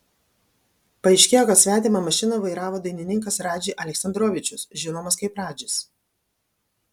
paaiškėjo kad svetimą mašiną vairavo dainininkas radži aleksandrovičius žinomas kaip radžis